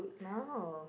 no